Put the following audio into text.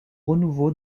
renouveau